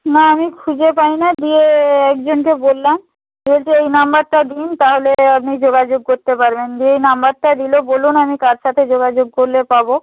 না আমি খুঁজে পাই না দিয়ে একজনকে বললাম বলছে এই নাম্বারটা দিন তাহলে আপনি যোগাযোগ করতে পারবেন দিয়ে এই নাম্বারটা দিল বলুন আমি কার সাথে যোগাযোগ করলে পাব